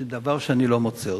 דבר שאני לא מוצא אותו.